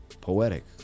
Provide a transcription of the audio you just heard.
poetic